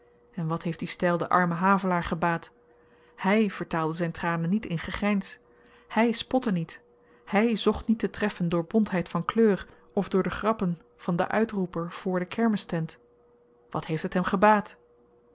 en wat heeft die styl den armen havelaar gebaat hy vertaalde zyn tranen niet in gegryns hy spotte niet hy zocht niet te treffen door bontheid van kleur of door de grappen van den uitroeper voor de kermistent wat heeft het hem gebaat